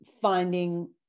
finding